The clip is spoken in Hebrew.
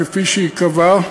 כפי שייקבע.